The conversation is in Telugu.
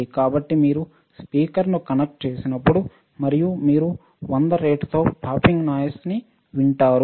కాబట్టి మీరు స్పీకర్ను కనెక్ట్ చేసినప్పుడు మరియు మీరు100 రేటుతో పాపింగ్ నాయిస్న్ని వింటారు